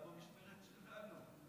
זה היה במשמרת שלנו.